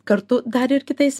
kartu dar ir kitais